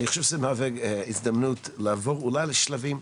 אני חושב שזה מהווה הזדמנות לעבור אולי על שלבים,